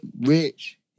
Rich